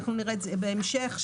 ונראה את זה בהמשך,